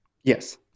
yes